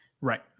Right